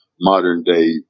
modern-day